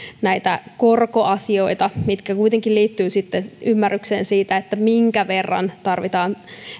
näitä korkoasioita mitkä kuitenkin liittyvät ymmärrykseen siitä minkä verran tarvitaan